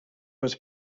was